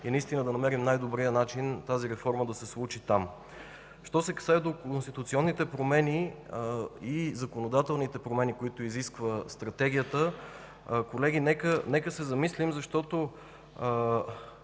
и наистина да намерим най-добрия начин тази реформа да се случи там. Що се касае до конституционните и законодателните промени, които изисква Стратегията, колеги, нека се замислим, защото,